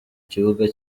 kibuga